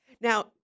Now